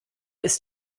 ist